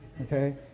okay